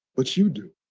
but you do.